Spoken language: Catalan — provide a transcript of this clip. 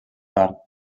tard